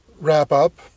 wrap-up